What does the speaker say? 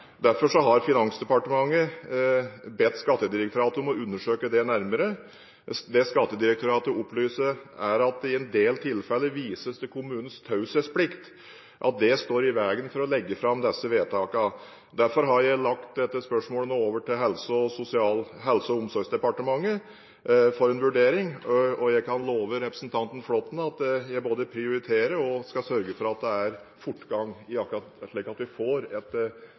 har Finansdepartementet bedt Skattedirektoratet om å undersøke det nærmere. Skattedirektoratet opplyser at det i en del tilfeller vises til at kommunenes taushetsplikt står i veien for å legge fram disse vedtakene. Derfor har jeg lagt dette spørsmålet over til Helse- og omsorgsdepartementet for en vurdering. Jeg kan love representanten Flåtten at jeg skal prioritere og sørge for fortgang her, slik at vi får et endelig svar på hvordan dette stiller seg. Det er i